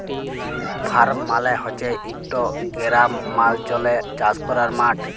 farm মালে হছে ইকট গেরামাল্চলে চাষ ক্যরার মাঠ